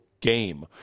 game